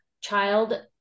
child